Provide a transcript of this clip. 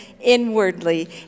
inwardly